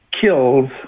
kills